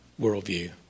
worldview